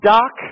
Doc